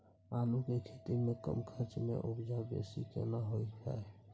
आलू के खेती में कम खर्च में उपजा बेसी केना होय है?